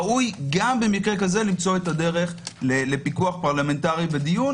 ראוי גם במקרה כזה למצוא את הדרך לפיקוח פרלמנטרי בדיון,